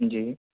جی